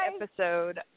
episode